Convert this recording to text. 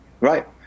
Right